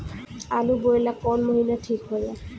आलू बोए ला कवन महीना ठीक हो ला?